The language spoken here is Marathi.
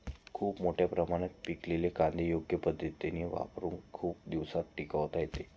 खूप मोठ्या प्रमाणात पिकलेले कांदे योग्य पद्धत वापरुन खूप दिवसांसाठी टिकवता येतात